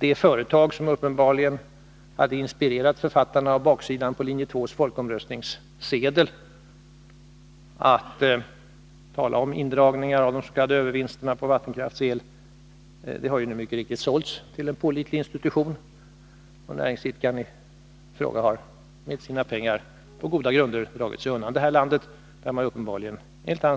Det företag som uppenbarligen hade inspirerat författarna av baksidan på linje 2:s folkomröstningssedel att tala om indragningar av de s.k. övervinsterna på vattenkraftsel har nu mycket riktigt sålts till en pålitlig institution, och näringsidkaren i fråga har på goda grunder med sina pengar dragit sig undan det här landet, där man uppenbarligen inte